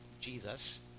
Jesus